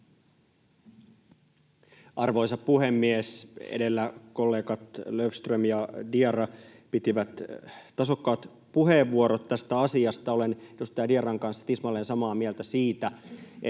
Arvoisa puhemies! Edellä kollegat Löfström ja Diarra pitivät tasokkaat puheenvuorot tästä asiasta. Olen edustaja Diarran kanssa tismalleen samaa mieltä siitä, että